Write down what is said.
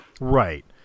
Right